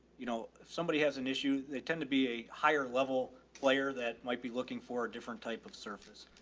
you know, if somebody has an issue they tend to be a higher level player that might be looking for a different type of surface.